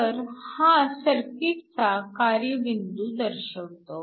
तर हा सर्किटचा कार्यबिंदू दर्शवतो